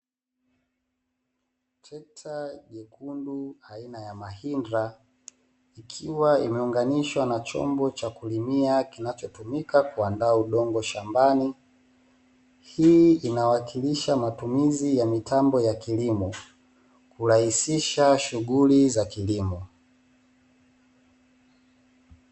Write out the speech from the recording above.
Trekta jekundu aina ya mahinda ikiwa imeunganishwa na chombo cha kulimia kinachotumika kuuandaa udongo shambani, hii inawakilisha matumizi ya mitambo ya kilimo kurahisisha shunghuli za kilimo .